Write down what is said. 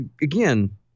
again